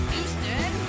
Houston